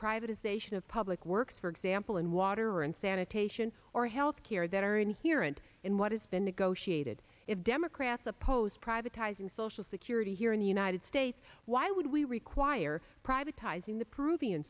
privatization of public works for example in water and sanitation or health care that are inherent in what has been negotiated if democrats oppose privatizing social security here in the united states why would we require privatizing the peruvian